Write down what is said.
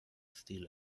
steal